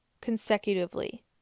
consecutively